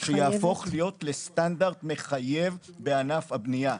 יהפוך להיות סטנדרט מחייב בענף הבנייה.